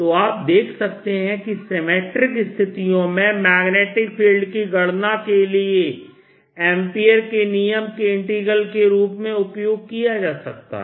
तो आप देख सकते हैं कि सिमिट्रिक स्थितियों में मैग्नेटिक फील्ड की गणना के लिए एम्पीयर के नियम के इंटीग्रल रूप का उपयोग किया जा सकता है